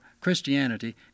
Christianity